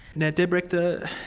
now deb rechter,